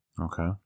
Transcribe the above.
Okay